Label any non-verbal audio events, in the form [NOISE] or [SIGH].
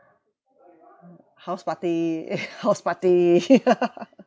house party [NOISE] house party [LAUGHS]